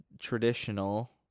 traditional